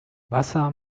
wasser